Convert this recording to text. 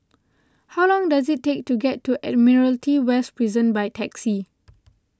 how long does it take to get to Admiralty West Prison by taxi